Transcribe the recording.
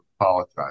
apologize